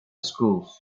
schools